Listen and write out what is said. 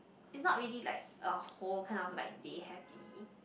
it's not really like a whole kind of like day happy